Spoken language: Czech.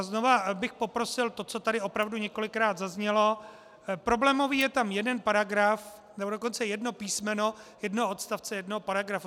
Znovu bych poprosil to, co tady už opravdu několikrát zaznělo, problémový je tam jeden paragraf, nebo dokonce jedno písmeno jednoho odstavce jednoho paragrafu.